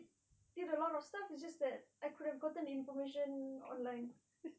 did a lot of stuff it's just that I could have gotten information online